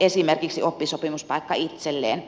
esimerkiksi oppisopimuspaikka itselleen